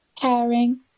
caring